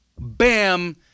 bam